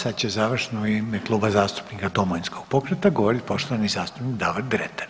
Sad će završno u ime Kluba zastupnika Domovinskog pokreta govoriti poštovani zastupnik Davor Dretar.